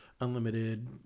unlimited